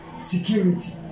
security